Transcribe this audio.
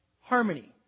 harmony